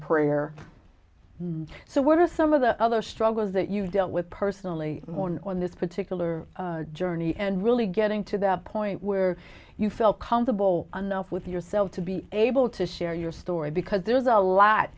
prayer so what are some of the other struggles that you dealt with personally known on this particular journey and really getting to that point where you felt comes a bowl anough with yourself to be able to share your story because there's a lot